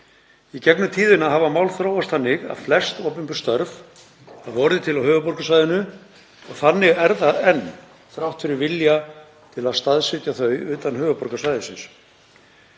Í gegnum tíðina hafa mál þróast þannig að flest opinber störf hafa orðið til á höfuðborgarsvæðinu og þannig er það enn þrátt fyrir vilja til að staðsetja þau utan höfuðborgarsvæðisins.